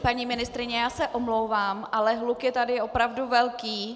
Paní ministryně, já se omlouvám, ale hluk je tady opravdu velký.